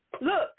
Look